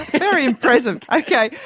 very impressive. ok,